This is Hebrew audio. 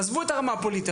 עזבו את הרמה הפוליטית.